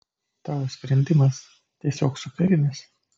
tavo sprendimas tiesiog superinis